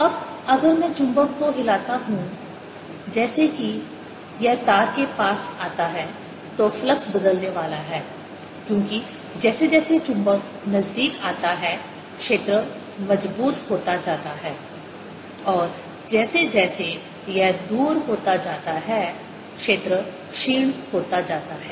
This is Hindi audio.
अब अगर मैं चुंबक को हिलाता हूं जैसे ही यह तार के पास आता है तो फ्लक्स बदलने वाला है क्योंकि जैसे जैसे चुंबक नजदीक आता है क्षेत्र मजबूत होता जाता है और जैसे जैसे यह दूर होता जाता है क्षेत्र क्षीण होता जाता है